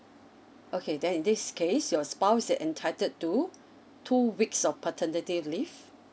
okay then in this case your spouse entitled to two weeks of paternity leave